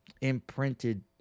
imprinted